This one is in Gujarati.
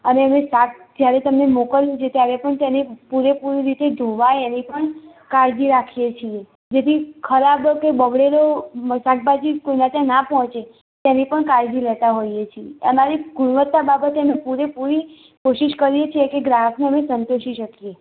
અને અમે શાક જ્યારે તમને જ્યારે મોકલવું છે ત્યારે પણ તેને પૂરેપૂરી રીતે ધોવાય એની પણ કાળજી રાખીએ છીએ જેથી ખરાબ કે બગડેલું શાકભાજી કોઈને ત્યાંના પહોંચે તેની પણ અમે કાળજી લેતા હોઈએ છીએ અમારી ગુણવત્તા બાબતે પૂરેપૂરી કોશિશ કરીએ છીએ કે ગ્રાહકોને સંતોષી શકીએ